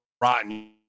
rotten